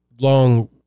Long